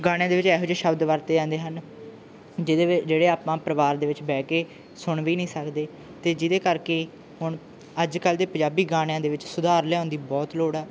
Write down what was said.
ਗਾਣਿਆਂ ਦੇ ਵਿੱਚ ਇਹੋ ਜਿਹੇ ਸ਼ਬਦ ਵਰਤੇ ਜਾਂਦੇ ਹਨ ਜਿਹਦੇ ਵਿੱ ਜਿਹੜੇ ਆਪਾਂ ਪਰਿਵਾਰ ਦੇ ਵਿੱਚ ਬਹਿ ਕੇ ਸੁਣ ਵੀ ਨਹੀਂ ਸਕਦੇ ਅਤੇ ਜਿਹਦੇ ਕਰਕੇ ਹੁਣ ਅੱਜ ਕੱਲ ਦੇ ਪੰਜਾਬੀ ਗਾਣਿਆਂ ਦੇ ਵਿੱਚ ਸੁਧਾਰ ਲਿਆਉਣ ਦੀ ਬਹੁਤ ਲੋੜ ਆ